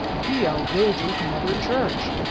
he outrages mother church.